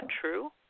true